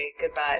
goodbye